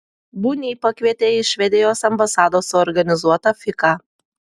bunį pakvietė į švedijos ambasados suorganizuotą fiką